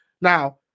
Now